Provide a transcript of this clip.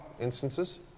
instances